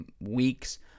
weeks